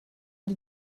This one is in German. die